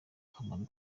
akamaro